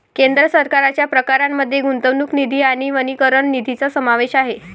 केंद्र सरकारच्या प्रकारांमध्ये गुंतवणूक निधी आणि वनीकरण निधीचा समावेश आहे